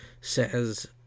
says